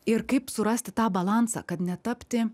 ir kaip surasti tą balansą kad netapti